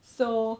so